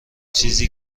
چیزی